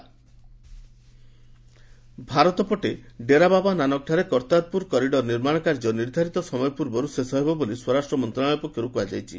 home ministry Bharat ପଟେ ଡେରାବାବା ନାନକଠାରେ କର୍ତ୍ତାରପୁର କରିଡ଼ର ନିର୍ମାଣ କାର୍ଯ୍ୟ ନିର୍ଦ୍ଧାରିତ ସମୟ ପୂର୍ବରୁ ଶେଷ ହେବ ବୋଲି ସ୍ୱରାଷ୍ଟ୍ର ମନ୍ତ୍ରଣାଳୟ ପକ୍ଷରୁ କୁହାଯାଇଛି